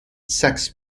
sex